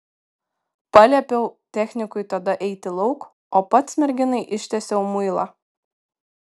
paliepiau technikui tada eiti lauk o pats merginai ištiesiau muilą